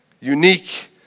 unique